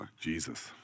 Jesus